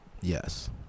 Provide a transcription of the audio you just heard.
Yes